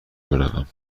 بروم